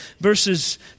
verses